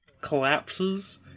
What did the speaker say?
collapses